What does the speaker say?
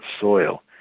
soil